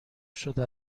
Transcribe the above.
شده